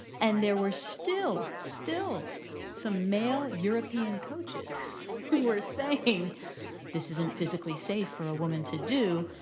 and there were still still some male european coaches who were saying this isn't physically safe for a woman to do.